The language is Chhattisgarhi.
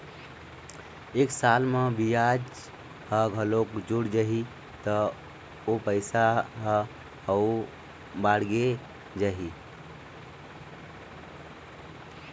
एक साल म बियाज ह घलोक जुड़ जाही त ओ पइसा ह अउ बाड़गे जाही